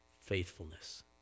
faithfulness